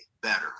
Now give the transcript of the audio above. better